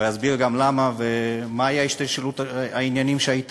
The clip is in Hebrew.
ואסביר גם למה ומה הייתה השתלשלות העניינים אז.